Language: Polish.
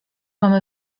mamy